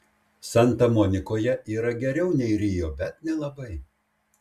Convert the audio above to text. santa monikoje yra geriau nei rio bet nelabai